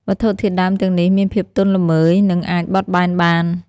វត្ថុធាតុដើមទាំងនេះមានភាពទន់ល្មើយ និងអាចបត់បែនបាន។